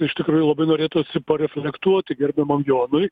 iš tikrųjų labai norėtųsi pareflektuoti gerbiamam jonui